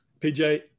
PJ